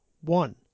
one